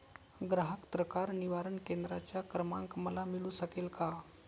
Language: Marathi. ग्राहक तक्रार निवारण केंद्राचा क्रमांक मला मिळू शकेल का?